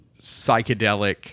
psychedelic